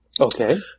Okay